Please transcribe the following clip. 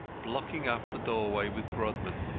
blocking up the doorway with grodman.